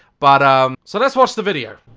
but um so let's watch the video.